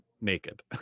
naked